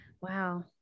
Wow